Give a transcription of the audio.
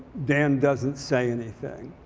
dan doesn't say anything.